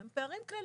הם פערים כלליים.